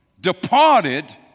departed